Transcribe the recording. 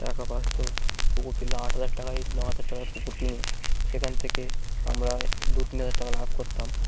টাকা পাস্তো পুকুর কিনে আট হাজার টাকায় ন হাজার টাকায় পুকুর কিনে সেখান থেকে আমরা দু তিন হাজার টাকা লাভ করতাম